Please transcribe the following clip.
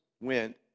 went